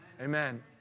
amen